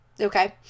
Okay